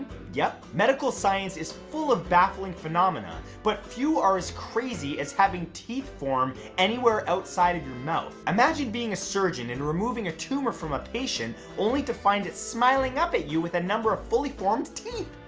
yup. medical science is full of baffling phenomena but few are as crazy as having teeth form anywhere outside of your mouth. imagine being a surgeon and removing a tumor from a patient only to find it's smiling up at you with a number of fully formed teeth.